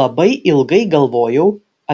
labai ilgai galvojau